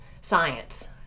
science